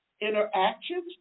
interactions